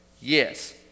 Yes